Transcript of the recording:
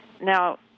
Now